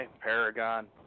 Paragon